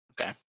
Okay